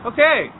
Okay